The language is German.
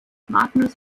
magnus